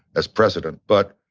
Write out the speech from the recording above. as president. but,